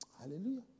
Hallelujah